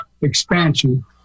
Expansion